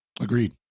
Agreed